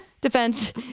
defense